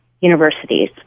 universities